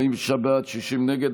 60 נגד.